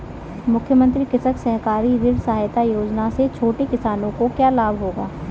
मुख्यमंत्री कृषक सहकारी ऋण सहायता योजना से छोटे किसानों को क्या लाभ होगा?